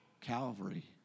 Calvary